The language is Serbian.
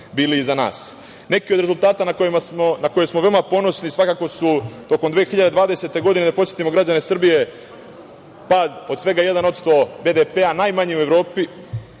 bili iza nas. Neki od rezultata na koje smo veoma ponosni svakako su tokom 2020. godine, da podsetimo građane Srbije, pad od svega 1% BDP-a, najmanji u Evropi,